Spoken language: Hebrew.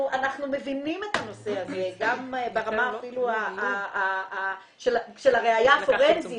אנחנו מבינים את הנושא הזה גם ברמה של הראיה הפורנזית.